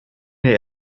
mir